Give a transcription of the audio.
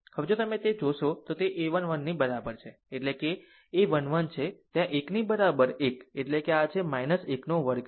હવે જો તમે તે જોશો તો તે a 1 1 ની બરાબર છે એટલે કે એ 1 1 છે ત્યાં 1 ની બરાબર 1 એટલે આ છે 1 વર્ગ છે